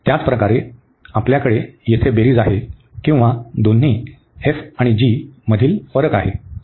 त्याचप्रकारे आपल्याकडे येथे बेरीज आहे किंवा दोन्ही f आणि g मधील फरक आहे